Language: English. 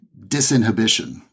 disinhibition